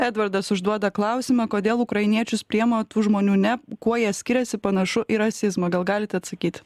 edvardas užduoda klausimą kodėl ukrainiečius priema o tų žmonių ne kuo jie skiriasi panašu į rasizmą gal galite atsakyt